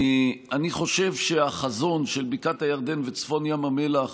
אני חושב שהחזון של בקעת הירדן וצפון ים המלח